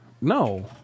No